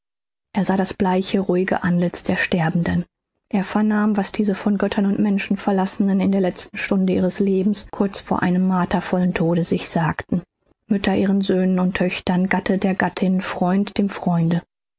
er sah das bleiche ruhige antlitz der sterbenden er vernahm was diese von göttern und menschen verlassenen in der letzten stunde ihres lebens kurz vor einem martervollen tode sich sagten mütter ihren söhnen und töchtern gatte der gattin freund dem freunde